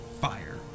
fire